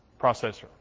processor